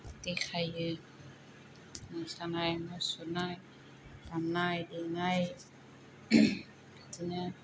देखायो मोसानाय मुसुरनाय दामनाय देनाय बिदिनो